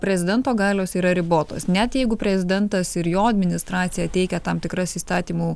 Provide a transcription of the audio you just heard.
prezidento galios yra ribotos net jeigu prezidentas ir jo administracija teikia tam tikras įstatymų